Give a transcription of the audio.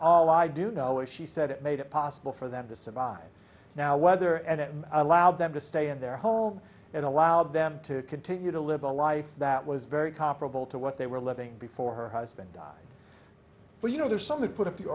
all i do know it she said it made it possible for them to survive now weather and allow them to stay in their home and allow them to continue to live a life that was very comparable to what they were living before her husband but you know there are some who put